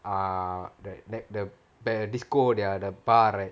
uh the the the the disco there are the bar ah